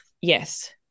Yes